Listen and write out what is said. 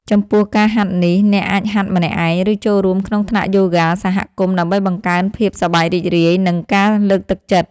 ចំពោះការហាត់នេះ អ្នកអាចហាត់ម្នាក់ឯង ឬចូលរួមក្នុងថ្នាក់យូហ្គាសហគមន៍ ដើម្បីបង្កើនភាពសប្បាយរីករាយ និងការលើកទឹកចិត្ត។